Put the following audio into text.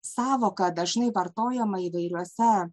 sąvoka dažnai vartojama įvairiuose